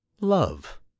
love